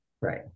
Right